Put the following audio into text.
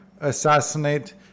assassinate